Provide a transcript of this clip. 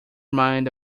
mind